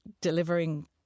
delivering